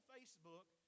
Facebook